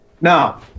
Now